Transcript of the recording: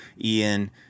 Ian